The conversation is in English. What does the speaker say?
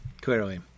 clearly